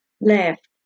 left